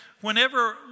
whenever